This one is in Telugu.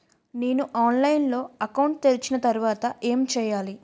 నేను ఆన్లైన్ లో అకౌంట్ తెరిచిన తర్వాత ఏం చేయాలి?